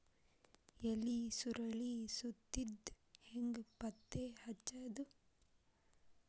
ಎಲಿ ಸುರಳಿ ಸುತ್ತಿದ್ ಹೆಂಗ್ ಪತ್ತೆ ಹಚ್ಚದ?